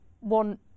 want